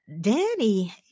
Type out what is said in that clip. Danny